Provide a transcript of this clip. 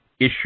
issue